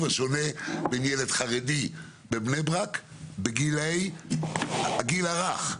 השונה בין ילד חרדי בבני ברק בגילאי הגיל הרך.